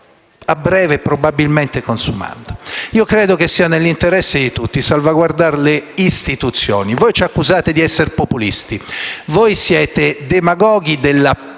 che probabilmente si consumerà a breve. Credo che sia nell'interesse di tutti salvaguardare le istituzioni. Voi ci accusate di essere populisti, ma voi siete demagoghi della peggior